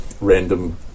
Random